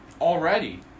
Already